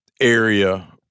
area